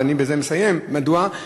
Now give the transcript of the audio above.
ואני מסיים בזה, מדוע?